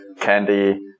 candy